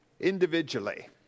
individually